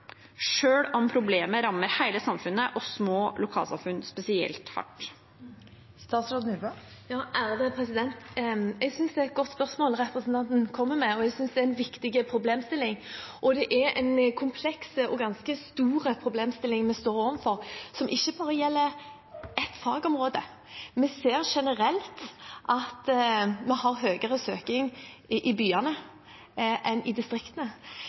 om problemet rammer hele samfunnet og små lokalsamfunn spesielt hardt. Jeg synes det er et godt spørsmål representanten kommer med, og jeg synes det er en viktig problemstilling. Det er en kompleks og ganske stor problemstilling vi står overfor, som ikke bare gjelder ett fagområde. Vi ser generelt at det er høyere søkning til byene enn til distriktene.